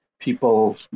people